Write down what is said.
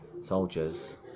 soldiers